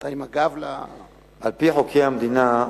על-פי חוקי המדינה,